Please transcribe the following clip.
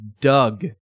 Doug